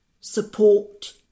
support